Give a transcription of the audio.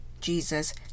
Jesus